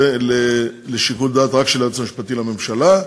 רק לשיקול דעתו של היועץ המשפטי לממשלה.